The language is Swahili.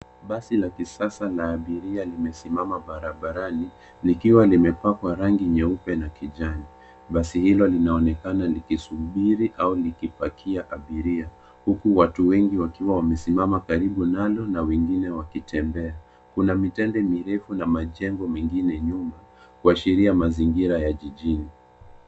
Basi la kisasa la abiria limesimama barabarani likiwa limepakwa rangi nyeupe na kijani. Basi hilo linaonekana likisubiri au likipakia abiria huku watu wengi wakiwa wamesimama karibu nalo na wengine wakitembea. Kuna mitende mirefu na majengo mengine nyuma kuashiria mazingira ya jijini.